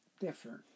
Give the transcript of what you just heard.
different